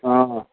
हाँ